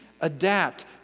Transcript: adapt